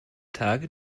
tage